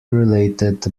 related